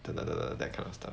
等等等等 that kind of stuff